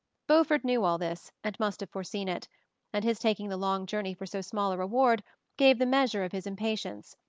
beaufort knew all this, and must have foreseen it and his taking the long journey for so small a reward gave the measure of his impatience.